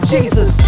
Jesus